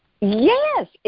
Yes